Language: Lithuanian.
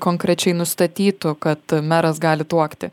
konkrečiai nustatytų kad meras gali tuokti